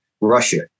russia